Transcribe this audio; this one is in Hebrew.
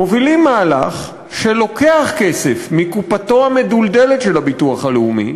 מובילים מהלך שלוקח כסף מקופתו המדולדלת של הביטוח הלאומי,